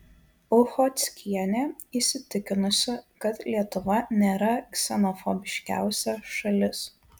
uchockienė įsitikinusi kad lietuva nėra ksenofobiškiausia šalis